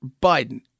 Biden